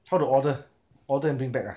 how to order order and bring back ah